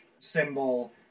symbol